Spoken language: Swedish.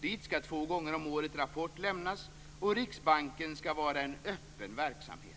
Dit skall två gånger om året rapport lämnas, och Riksbanken skall vara en öppen verksamhet.